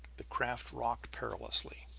the craft rocked perilously.